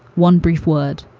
one brief word.